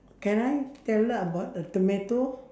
can I tell her about the tomato